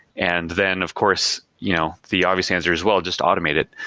and then, of course, you know the obvious answer is, well, just automate it.